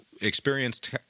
experienced